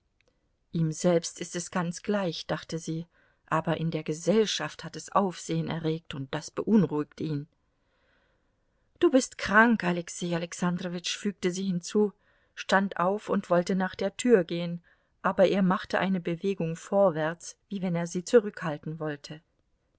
ihm selbst ist es ganz gleich dachte sie aber in der gesellschaft hat es aufsehen erregt und das beunruhigt ihn du bist krank alexei alexandrowitsch fügte sie hinzu stand auf und wollte nach der tür gehen aber er machte eine bewegung vorwärts wie wenn er sie zurückhalten wollte